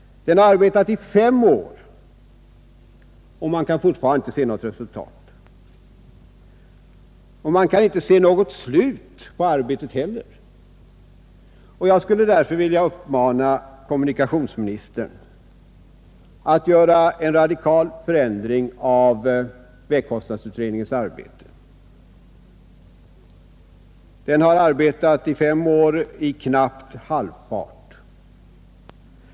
Den har arbetat i fem år, och man kan fortfarande inte se något resultat. Man kan inte heller se något slut på arbetet. Därför skulle jag vilja uppmana kommunikationsministern att göra en radikal förändring av vägkostnadsutredningens arbete. Den har arbetat fem år i knappt halvfart.